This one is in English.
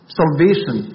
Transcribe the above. salvation